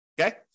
Okay